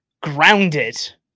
Grounded